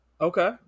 Okay